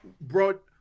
brought